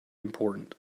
important